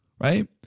Right